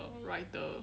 the writer